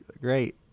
great